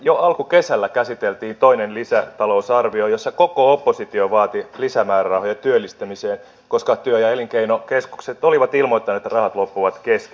jo alkukesällä käsiteltiin toinen lisätalousarvio jossa koko oppositio vaati lisämäärärahoja työllistämiseen koska työ ja elinkeinokeskukset olivat ilmoittaneet että rahat loppuvat kesken